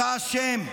אתה אשם.